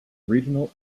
regional